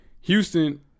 Houston